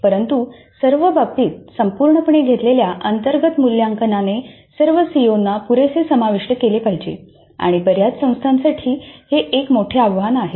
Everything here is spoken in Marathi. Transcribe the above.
परंतु सर्व बाबतींत संपूर्णपणे घेतलेल्या अंतर्गत मूल्यमापनाने सर्व सीओ ना पुरेसे समाविष्ट केले पाहिजे आणि बऱ्याच संस्थांसाठी हे एक मोठे आव्हान आहे